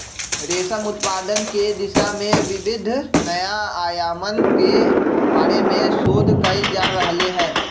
रेशम उत्पादन के दिशा में विविध नया आयामन के बारे में शोध कइल जा रहले है